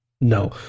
No